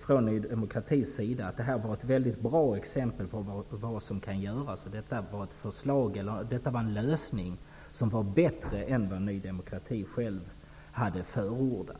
från Ny demokratis sida att det här var ett väldigt bra exempel på vad som kan göras och att detta var en lösning som var bättre än det som Ny demokrati hade förordat.